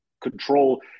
control